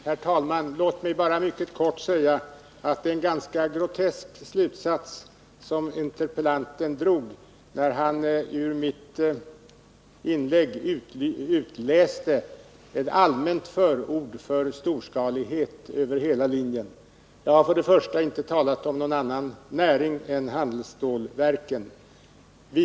Herr talman! Låt mig bara mycket kortfattat säga att det var en ganska grotesk slutsats som interpellanten drog när han ur mitt inlägg utläste ett allmänt förord för storskalighet över hela linjen. Jag har till att börja med inte talat om någon annan näring än handelsstålverken.